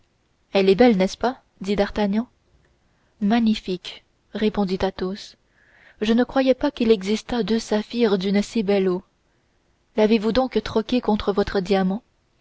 elle est belle n'est-ce pas dit d'artagnan magnifique répondit athos je ne croyais pas qu'il existât deux saphirs d'une si belle eau l'avez-vous donc troquée contre votre diamant